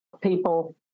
people